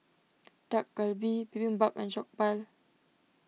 Dak Galbi Bibimbap and Jokbal